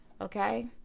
Okay